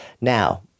Now